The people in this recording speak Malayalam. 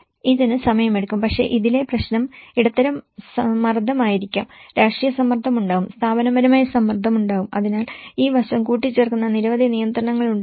ഇതിന് സമയമെടുക്കും പക്ഷേ ഇതിലെ പ്രശ്നം ഇടത്തരം മർദ്ദം ആയിരിക്കും രാഷ്ട്രീയ സമ്മർദ്ദം ഉണ്ടാകും സ്ഥാപനപരമായ സമ്മർദ്ദം ഉണ്ടാകും അതിനാൽ ഈ വശം കൂട്ടിച്ചേർക്കുന്ന നിരവധി നിയന്ത്രണങ്ങൾ ഉണ്ടാകും